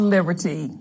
Liberty